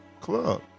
club